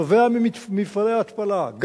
נובע ממפעלי ההתפלה.